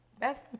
best